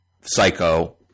Psycho